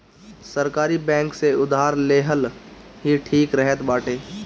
सरकारी बैंक से उधार लेहल ही ठीक रहत बाटे